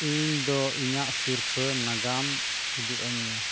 ᱤᱧ ᱫᱚ ᱤᱧᱟᱹᱜ ᱥᱤᱨᱯᱟᱹ ᱱᱟᱜᱟᱢ ᱩᱫᱩᱜ ᱟᱹᱧ ᱢᱮ